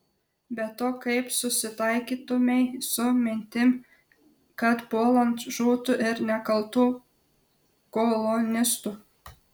be to kaip susitaikytumei su mintim kad puolant žūtų ir nekaltų kolonistų